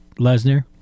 Lesnar